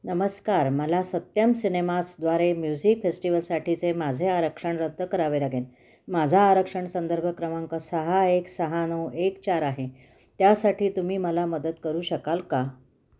नमस्कार मला सत्यम सिनेमासद्वारे म्युझिक फेस्टिवलसाठीचे माझे आरक्षण रद्द करावे लागेन माझा आरक्षण संदर्भ क्रमांक सहा एक सहा नऊ एक चार आहे त्यासाठी तुम्ही मला मदत करू शकाल का